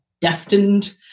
destined